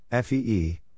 FEE